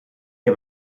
heb